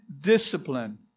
discipline